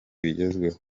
bigezweho